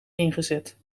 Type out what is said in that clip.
ingezet